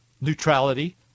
neutrality